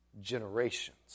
generations